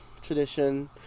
tradition